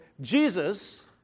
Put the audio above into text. Jesus